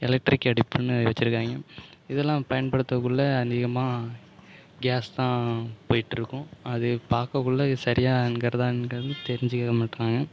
electric அடுப்புன்னு வச்சுருக்காங்க இதெல்லாம் பயன்படுத்தகுள்ளே அதிகமாக கேஸ் தான் போய்ட்ருக்கும் அது பாக்ககுள்ளே சரியாங்குறதாங்குறது தெரிஞ்சுக்க மாட்றாங்க